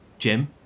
Jim